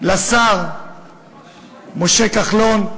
לשר משה כחלון,